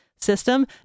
system